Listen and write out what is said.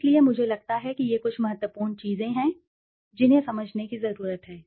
इसलिए मुझे लगता है कि ये कुछ महत्वपूर्ण चीजें हैं जिन्हें समझने की जरूरत है